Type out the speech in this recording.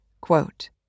quote